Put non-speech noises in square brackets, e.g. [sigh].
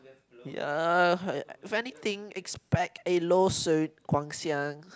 ya [noise] if anything expect a lawsuit Guang-Xiang